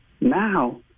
Now